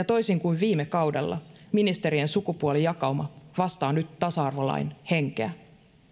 toisin kuin viime kaudella ministerien sukupuolijakauma vastaa nyt tasa arvolain henkeä